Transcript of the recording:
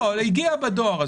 הגיע בדואר.